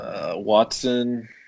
Watson